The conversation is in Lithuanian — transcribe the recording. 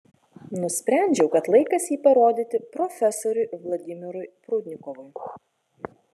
nusprendžiau kad laikas jį parodyti profesoriui vladimirui prudnikovui